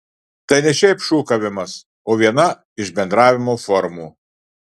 tai ne šiaip šūkavimas o viena iš bendravimo formų